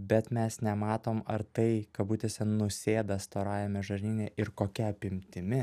bet mes nematom ar tai kabutėse nusėda storajame žarnyne ir kokia apimtimi